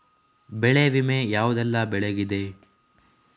ಬೆಳೆ ವಿಮೆ ಯಾವುದೆಲ್ಲ ಬೆಳೆಗಿದೆ?